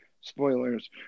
spoilers